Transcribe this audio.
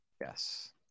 yes